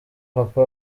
papa